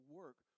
work